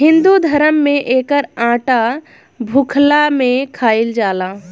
हिंदू धरम में एकर आटा भुखला में खाइल जाला